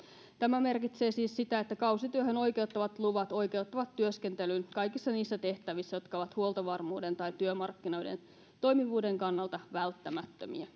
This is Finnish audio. tämä merkitsee siis sitä että kausityöhön oikeuttavat luvat oikeuttavat työskentelyyn kaikissa niissä tehtävissä jotka ovat huoltovarmuuden tai työmarkkinoiden toimivuuden kannalta välttämättömiä